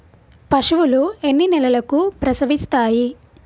పశువులు ఎన్ని నెలలకు ప్రసవిస్తాయి?